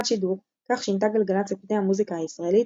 שידור כך שינתה גלגלצ את פני המוזיקה הישראלית,